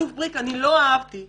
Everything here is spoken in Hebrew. האלוף בריק אני לא אהבתי את